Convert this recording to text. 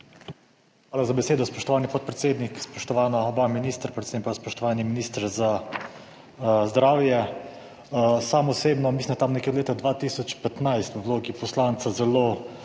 Hvala za besedo. Spoštovani podpredsednik, spoštovana oba ministra, predvsem pa spoštovani minister za zdravje. Mislim, da tam nekje od leta 2015 v vlogi poslanca zelo